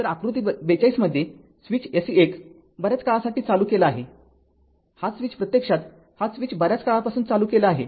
तरआकृती ४२ मध्ये स्विच S१ बऱ्याच काळापासून चालू केला आहे हा स्विच प्रत्यक्षात हा स्विच बऱ्याच काळापासून चालू केला आहे